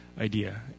idea